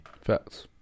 Facts